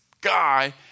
guy